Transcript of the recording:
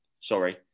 Sorry